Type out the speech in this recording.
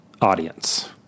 audience